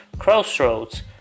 Crossroads